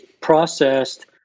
processed